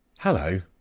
Hello